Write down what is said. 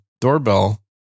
doorbell